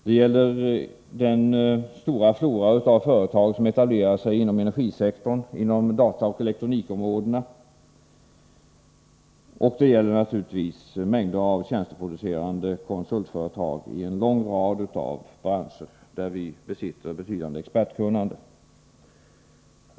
Det gäller vidare den stora flora av företag som etablerar sig inom energisektorn, inom dataoch elektronikområdena, och det gäller naturligtvis mängder av tjänsteproducerande konsultföretag i en lång rad av branscher där vi besitter betydande expertkunnande.